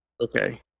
Okay